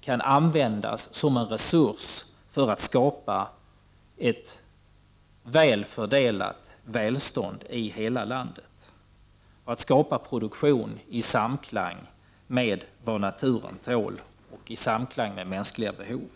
kan an===3 a og vändas som en resurs för att skapa ett väl fördelat välstånd i hela landet och för att skapa produktion i samklang med vad naturen tål och i samklang med mänskliga behov.